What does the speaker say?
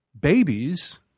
babies